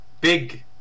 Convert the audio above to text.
big